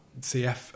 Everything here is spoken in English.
CF